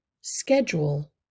Schedule